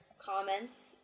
comments